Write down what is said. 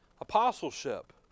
Apostleship